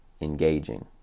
engaging